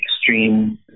extreme